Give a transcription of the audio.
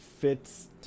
fits